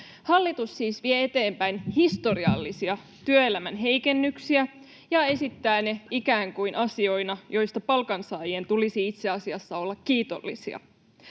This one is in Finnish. Hallitus siis vie eteenpäin historiallisia työelämän heikennyksiä ja esittää ne ikään kuin asioina, joista palkansaajien tulisi itse asiassa olla kiitollisia.